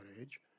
age